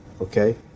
okay